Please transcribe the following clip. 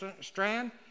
strand